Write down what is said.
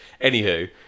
anywho